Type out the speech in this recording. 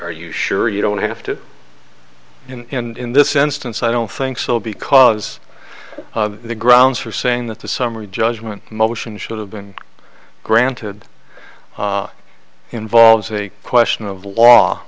are you sure you don't have to in this instance i don't think so because the grounds for saying that the summary judgment motion should have been granted involves a question of